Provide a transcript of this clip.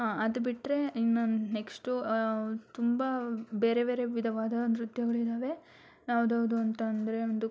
ಅದು ಬಿಟ್ಟರೆ ಇನ್ನೊಂದು ನೆಕ್ಶ್ಟು ತುಂಬ ಬೇರೆ ಬೇರೆ ವಿಧವಾದ ನೃತ್ಯಗಳಿದ್ದಾವೆ ಯಾವ್ದ್ಯಾವುದು ಅಂತಂದರೆ ಒಂದು